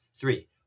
three